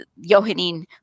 Johannine